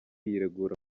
yiregura